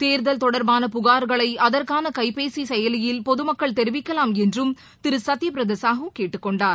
தேர்தல் தொடர்பான புகார்களைஅதற்கானகைபேசிசெயலியில் பொதமக்கள் தெரிவிக்கலாம் என்றும் திருசத்யபிரதசாகுகேட்டுக்கொண்டார்